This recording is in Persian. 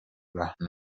رحم